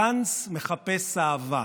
גנץ מחפש אהבה.